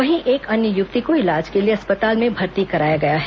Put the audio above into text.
वहीं एक अन्य युवती को इलाज के लिए अस्पताल में भर्ती कराया गया है